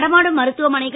நடமாடும் மருத்துவமனைகள்